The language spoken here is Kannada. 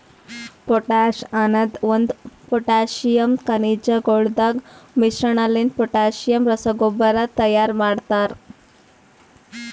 ಪೊಟಾಶ್ ಅನದ್ ಒಂದು ಪೊಟ್ಯಾಸಿಯಮ್ ಖನಿಜಗೊಳದಾಗ್ ಮಿಶ್ರಣಲಿಂತ ಪೊಟ್ಯಾಸಿಯಮ್ ರಸಗೊಬ್ಬರ ತೈಯಾರ್ ಮಾಡ್ತರ